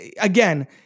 again